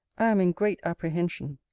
i am in great apprehension.